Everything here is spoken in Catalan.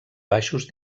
baixos